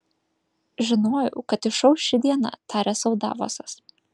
žinojau kad išauš ši diena tarė sau davosas